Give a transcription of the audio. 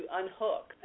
unhook